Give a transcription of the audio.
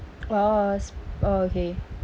orh s~ orh okay